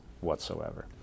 whatsoever